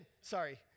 Sorry